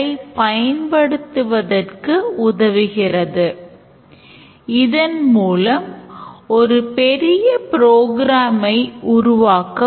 எப்போதெல்லாம் நேரத்தின் உறுப்பு இருக்கிறதோ அப்போது நாம் மற்றொரு actor ஆகிய calendar ஐ கொள்வோம்